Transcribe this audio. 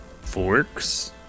forks